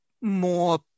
more